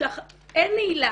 אין נעילה.